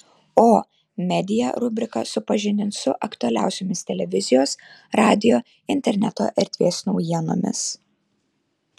o media rubrika supažindins su aktualiausiomis televizijos radijo interneto erdvės naujienomis